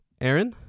Aaron